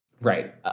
right